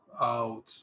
out